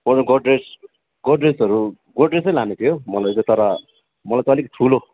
गोद्रेज गोद्रेजहरू गोद्रेजै लानु थियो मलाई चाहिँ तर मलाई चाहिँ अलिक ठुलो